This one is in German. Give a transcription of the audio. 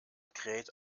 kräht